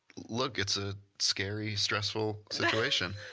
look, it's a scary, stressful situation.